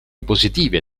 positive